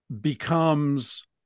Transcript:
Becomes